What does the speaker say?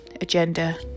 Agenda